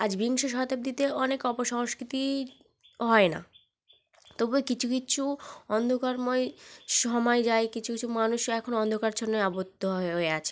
আজ বিংশ শতাব্দীতে অনেক অপসংস্কৃতিই হয় না তবুও কিছু কিছু অন্ধকারময় সময় যায় কিছু কিছু মানুষ এখনও অন্ধকারাচ্ছন্ন আবদ্ধ হয় হয়ে আছে